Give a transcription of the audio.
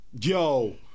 Yo